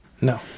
No